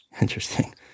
Interesting